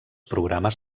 programes